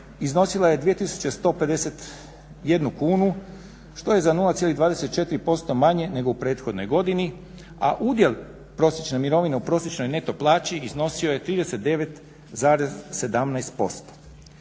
iznosila je 2151 kunu što je za 0,24% manje nego u prethodnoj godini, a udjel prosječne mirovine u prosječnoj neto plaći iznosio je 39,17%.